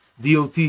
DOT